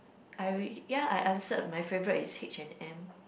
I really ya I answered my favourite is H and M